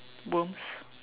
worms